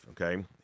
okay